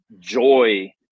joy